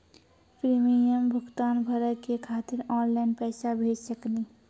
Premium भुगतान भरे के खातिर ऑनलाइन पैसा भेज सकनी?